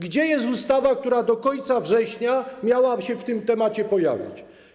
Gdzie jest ustawa, która do końca września miała się na ten temat pojawić?